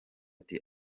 ati